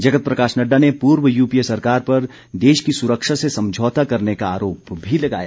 जगत प्रकाश नड्डा ने पूर्व यूपीए सरकार पर देश की सुरक्षा से समझौता करने का आरोप भी लगाया